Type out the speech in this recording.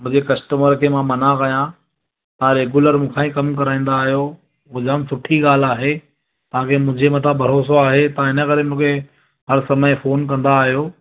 मुंहिंजे कस्टमर खे मां मनां कया तव्हां रेगुलर मूंखां ई कमु कराईंदा अहियो उहा जाम सुठी ॻाल्हि आहे तव्हांखे मुंहिंजे मथां भरोसो आहे तव्हां इन करे मूंखे हर समय फोन कंदा आहियो